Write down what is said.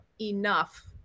enough